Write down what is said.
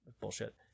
bullshit